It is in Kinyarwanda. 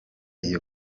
iyo